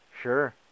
Sure